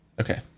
Okay